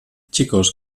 chicos